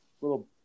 Little